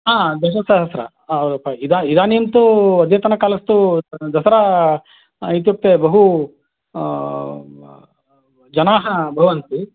हा दशसहस्रम् इद इद इदानीं तु अद्यतनकालस्तु दसरा इत्युक्ते बहु जनाः भवन्ति